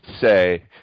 say